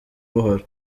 buhoro